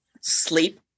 sleep